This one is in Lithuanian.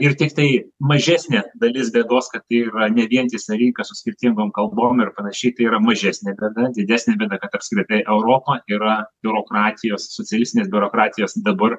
ir tiktai mažesnė dalis bėdos kad tai yra ne vientisa rinka su skirtingom kalbom ir panašiai tai yra mažesnė bėda didesnė bėda kad apskritai europa yra biurokratijos socialistinis biurokratijos dabar